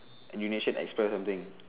indonesia express something